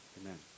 Amen